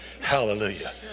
Hallelujah